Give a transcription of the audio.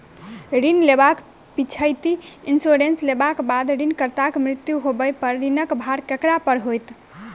ऋण लेबाक पिछैती इन्सुरेंस लेबाक बाद ऋणकर्ताक मृत्यु होबय पर ऋणक भार ककरा पर होइत?